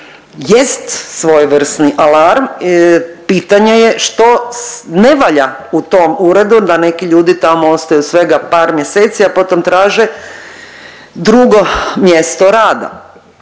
jest svojevrsni alarm, pitanje je što ne valja u tom uredu da neki ljudi tamo ostaju svega par mjeseci, a potom traže drugo mjesto rada.